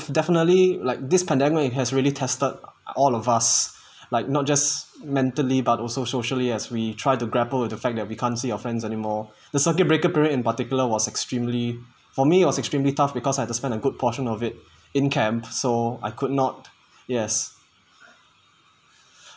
definitely like this pandemic has really tested all of us like not just mentally but also socially as we tried to grapple with the fact that we can't see your friends anymore the circuit breaker period in particular was extremely for me was extremely tough because I had to spent a good portion of it in camp so I could not yes